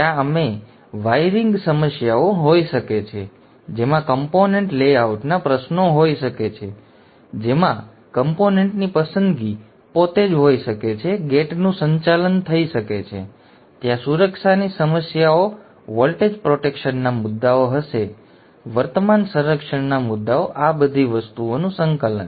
ત્યાં અમે વાયરિંગ સમસ્યાઓ હોઈ શકે છે જેમાં કમ્પોનન્ટ લેઆઉટના પ્રશ્નો હોઈ શકે છે જેમાં કમ્પોનન્ટની પસંદગી પોતે જ હોઈ શકે છે ગેટ નું સંચાલન થઈ શકે છે ત્યાં સુરક્ષાની સમસ્યાઓ વોલ્ટેજ પ્રોટેક્શન ના મુદ્દાઓ હશે વર્તમાન સંરક્ષણના મુદ્દાઓ આ બધી વસ્તુઓનું સંકલન